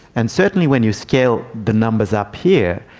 and certainly when you scale the numbers up here,